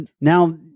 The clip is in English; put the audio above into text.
now